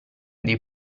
dei